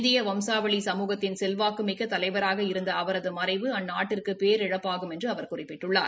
இந்திய வம்சாவளி சமூகத்தின் செல்வாக்குமிக்க தலைவராக இருந்த அவரது மறைவு அந்நாட்டிற்கு பேரிழப்பாகும் என்று குறிப்பிட்டுள்ளார்